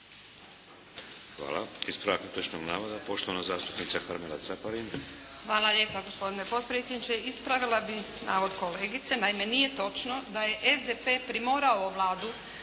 Hvala. Ispravak netočnog navoda poštovana zastupnica Karmela Caparin. **Caparin, Karmela (HDZ)** Hvala lijepa, gospodine potpredsjedniče. Ispravila bih navod kolegice. Naime, nije točno da je SDP primorao Vladu